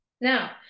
now